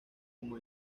como